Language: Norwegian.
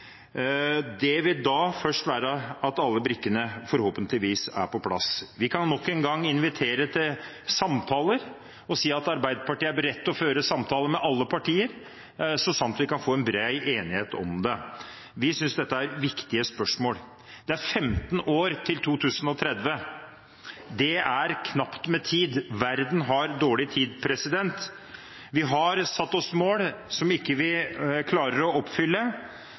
da vil alle brikkene forhåpentligvis være på plass. Vi kan nok en gang invitere til samtaler og si at Arbeiderpartiet er beredt til å føre samtaler med alle partier så sant vi kan få en bred enighet om det. Vi syns dette er viktige spørsmål. Det er 15 år til 2030. Det er knapt med tid. Verden har dårlig tid. Vi har satt oss mål som vi ikke klarer å oppfylle,